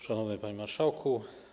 Szanowny Panie Marszałku!